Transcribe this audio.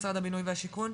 משרד הבינוי והשיכון.